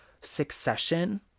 Succession